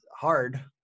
hard